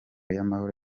y’amahoro